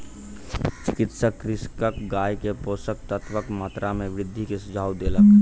चिकित्सक कृषकक गाय के पोषक तत्वक मात्रा में वृद्धि के सुझाव देलक